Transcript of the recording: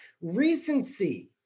Recency